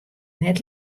net